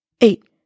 eight